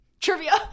trivia